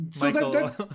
michael